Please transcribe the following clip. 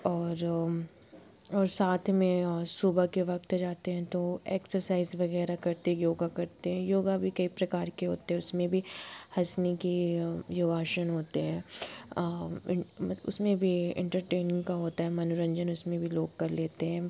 और और साथ में सुबह के वक़्त जाते हैं तो एक्सरसाइज़ वग़ैरह करते योग करते हैं योग भी कई प्रकार के होते उसमें भी हँसने के योगासन होते हैं उसमें भी एंटरटेनमेंट का होता है मनोरंजन उसमें भी लोग कर लेते हैं